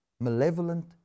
malevolent